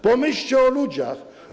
Pomyślcie o ludziach.